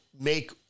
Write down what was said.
make